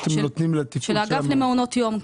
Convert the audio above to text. של האגף למעונות יום,